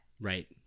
right